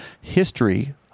history